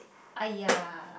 !aiya!